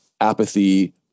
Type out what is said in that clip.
Apathy